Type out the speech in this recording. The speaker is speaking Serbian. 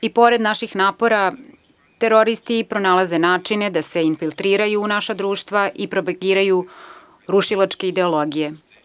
I pored naših napora, teroristi pronalaze načine da se infiltriraju u naša društva i propagiraju rušilačke ideologije.